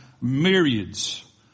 myriads